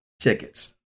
tickets